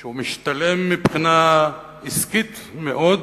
שהוא משתלם מבחינה עסקית מאוד,